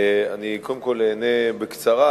אני קודם כול אענה בקצרה,